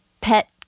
Pet